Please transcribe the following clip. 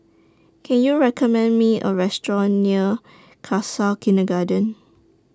Can YOU recommend Me A Restaurant near Khalsa Kindergarten